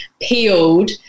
peeled